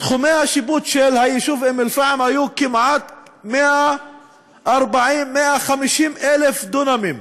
תחומי השיפוט של היישוב אום-אלפחם היו 140,000 150,000 דונמים,